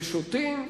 בשוטים,